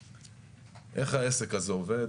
איך העסק הזה עובד?